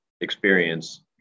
experience